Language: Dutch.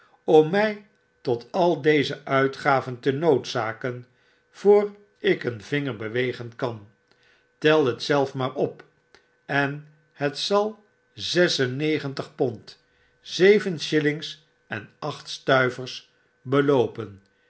om mij tot al deze uitgaven te noodzaken voor ik een vinger bewegen kan i tel het zelf maar op en het zal zes en negentig pond zeven shillings en acht stuivers beloopen